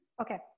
Okay